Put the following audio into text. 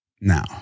now